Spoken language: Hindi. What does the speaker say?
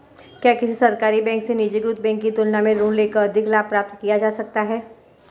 क्या किसी सरकारी बैंक से निजीकृत बैंक की तुलना में ऋण लेकर अधिक लाभ प्राप्त किया जा सकता है?